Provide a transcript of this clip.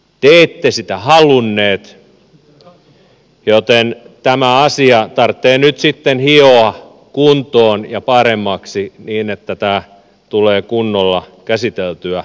te ette sitä halunneet joten tämä asia tarvitsee nyt sitten hioa kuntoon ja paremmaksi niin että tämä tulee kunnolla käsiteltyä